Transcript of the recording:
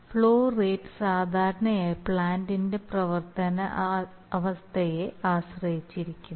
flow rate സാധാരണയായി പ്ലാന്റിന്റെ പ്രവർത്തന അവസ്ഥയെ ആശ്രയിച്ചിരിക്കുന്നു